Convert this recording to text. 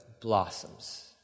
blossoms